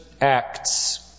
acts